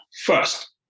First